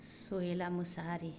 Sahela Mosahary